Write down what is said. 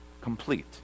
complete